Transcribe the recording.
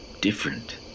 different